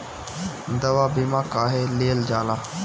दवा बीमा काहे लियल जाला?